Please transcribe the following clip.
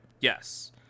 Yes